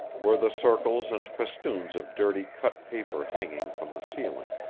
were the circles and festoons of dirty cut paper hanging from the ceiling.